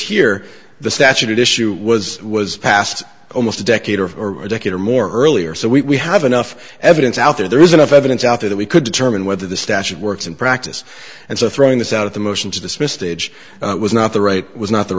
here the statute issue was was passed almost a decade or a decade or more earlier so we have enough evidence out there there is enough evidence out there that we could determine whether the statute works in practice and so throwing this out of the motion to dismiss stage was not the right was not the